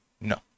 No